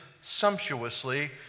sumptuously